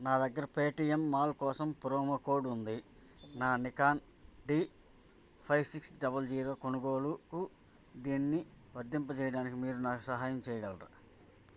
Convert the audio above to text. నా దగ్గర Paytm mall కోసం ప్రోమో కోడ్ ఉంది నా Nikon D five six double zero కొనుగోలుకు దీన్ని వర్తింపజేయడానికి మీరు నాకు సహాయం చేయగలరా